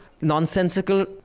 nonsensical